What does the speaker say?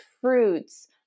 fruits